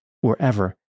wherever